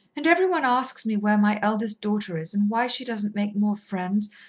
and every one asks me where my eldest daughter is and why she doesn't make more friends,